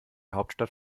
hauptstadt